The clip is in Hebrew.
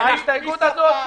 מה אתה רוצה בהסתייגות הזאת?